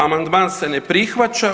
Amandman se ne prihvaća.